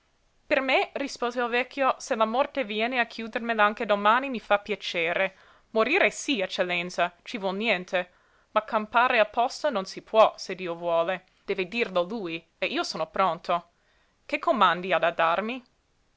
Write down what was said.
per me rispose il vecchio se la morte viene a chiudermela anche domani mi fa piacere morire sí eccellenza ci vuol niente ma campare apposta non si può se dio vuole deve dirlo lui e io sono pronto che comandi ha da darmi